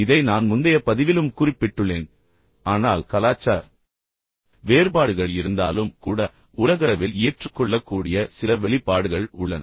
இதை நான் முந்தைய பதிவிலும் குறிப்பிட்டுள்ளேன் ஆனால் கலாச்சார வேறுபாடுகள் இருந்தாலும் கூட உலகளவில் ஏற்றுக்கொள்ளக்கூடிய சில வெளிப்பாடுகள் உள்ளன